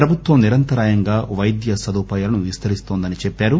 ప్రభుత్వం నిరంతరాయంగా వైద్య సదుపాయాలను విస్తరిస్తోందని చెప్పారు